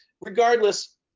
regardless